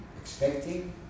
expecting